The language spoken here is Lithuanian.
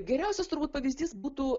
geriausias turbūt pavyzdys būtų